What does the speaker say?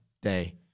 day